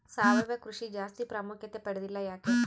ಸಾವಯವ ಕೃಷಿ ಜಾಸ್ತಿ ಪ್ರಾಮುಖ್ಯತೆ ಪಡೆದಿಲ್ಲ ಯಾಕೆ?